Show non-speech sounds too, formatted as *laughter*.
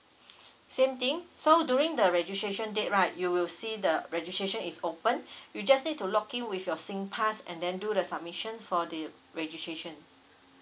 *breath* same thing so during the registration date right you will see the registration is opened *breath* you just need to login with your singpass and then do the submission for the registration